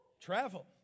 Travel